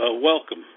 welcome